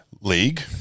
league